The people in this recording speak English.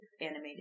animated